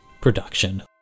production